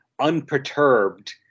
Unperturbed